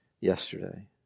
yesterday